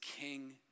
King